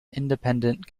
independent